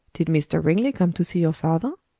did mr. ringley come to see your father?